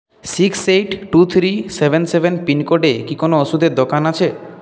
six eight two three seven seven পিনকোডে কি কোনও ওষুধের দোকান আছে